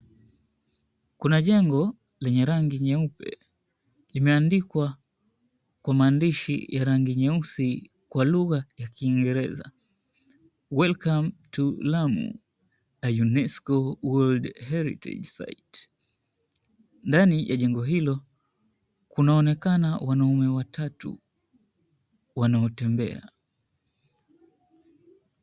Kuna jengo lenye rangi nyeupe, limeandikwa kwa maandishi ya rangi nyeusi kwa lugha ya Kiingereza, Welcome to Lamu a UNESCO World Heritage Site. Ndani ya jengo hilo, kunaonekana wanaume watatu wanaotembea.